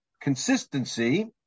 consistency